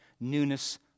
newness